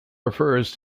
refers